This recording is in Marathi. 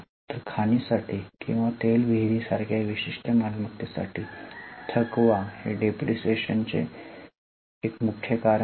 तर खाणीसाठी किंवा तेल विहिरीसारख्या विशिष्ट मालमत्तेसाठी थकवा हे डिप्रीशीएशन चे एक मुख्य कारण आहे